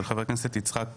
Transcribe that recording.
של ח"כ יצחק קרויזר.